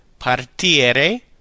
Partire